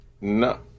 No